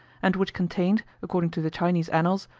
and which contained, according to the chinese annals,